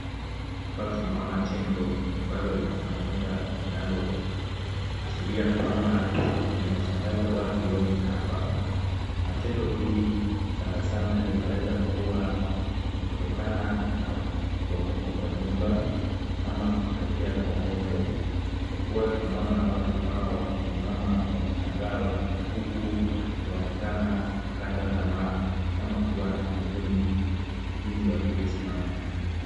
Hapa tunaona tendo ambalo limefanyika linaloashiria kwamba limeshangaza watu wengi hapa. Na tendo hili sana sana linaweza kuwa ni kutokana na kuanguka kwa nyumba ama kutokea kwa moto kwa kuwa tunaona watu hawa wakisimama kwa mshangao na huku wakionekana kukata tamaa ama kuwa na huzuni jinsi walivyosimama.